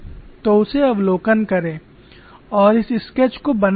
तो उसे अवलोकन करें और इस स्केच को बना डालें